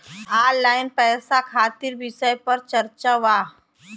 Online पैसा खातिर विषय पर चर्चा वा?